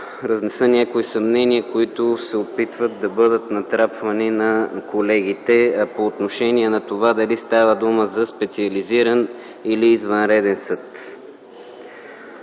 разнеса някои съмнения, които се опитват да бъдат натрапвани на колегите по отношение на това дали става дума за специализиран или извънреден съд.